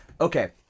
okay